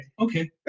okay